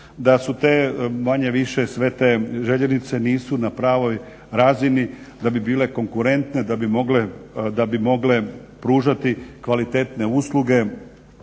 da su te manje-više sve te željeznice nisu na pravoj razini da bi bile konkurentne da bi mogle pružati kvalitetne usluge